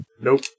Nope